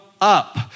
up